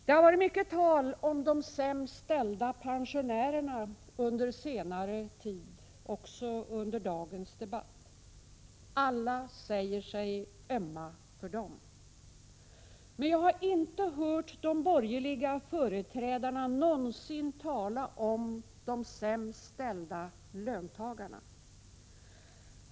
Det har varit mycket tal om de sämst ställda pensionärerna under senare tid och också under dagens debatt. Alla säger sig ömma för dem. Men jag har inte hört de borgerliga företrädarna någonsin tala om de sämst ställda löntagarna.